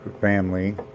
family